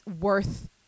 worth